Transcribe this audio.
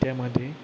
त्यामध्ये